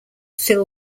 phil